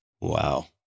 Wow